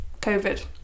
COVID